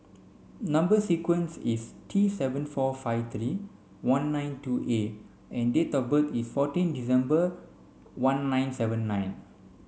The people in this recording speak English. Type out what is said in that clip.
number sequence is T seven four five three one nine two A and date of birth is fourteen December one nine seven nine